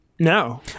No